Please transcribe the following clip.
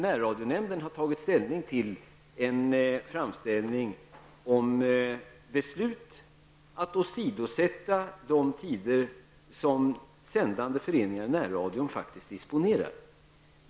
Närradionämnden har tagit ställning till en framställning om beslut att åsidosätta de tider som sändande föreningar i närradion faktiskt disponerar.